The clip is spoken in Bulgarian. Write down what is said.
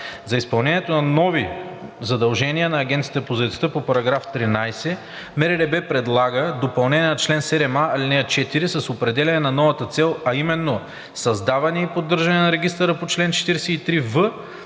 За изпълнение на новите задължения на Агенцията по заетостта по § 13 МРРБ предлага допълнение на чл. 7а, ал. 4 с определяне на новата цел, а именно „създаване и поддържане на регистъра по чл. 43в,